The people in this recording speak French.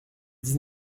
dix